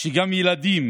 שגם ילדים